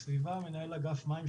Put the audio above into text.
מנהל אגף מים,